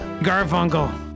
Garfunkel